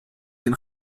den